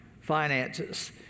Finances